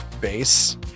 base